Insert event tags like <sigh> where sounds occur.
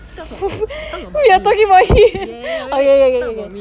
<noise> why you talking about him okay K K K K